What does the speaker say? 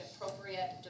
appropriate